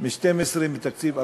חלקי 12 מתקציב 2014?